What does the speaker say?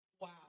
Wow